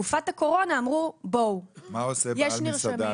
בתקופת הקורונה אמרו בואו --- מה עושה בעל מסעדה